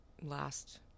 last